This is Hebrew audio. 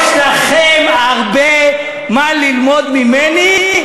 יש לכם הרבה מה ללמוד ממני,